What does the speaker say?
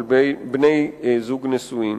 של בני זוג נשואים.